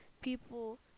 people